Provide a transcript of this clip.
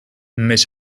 mich